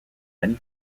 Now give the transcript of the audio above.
many